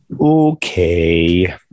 Okay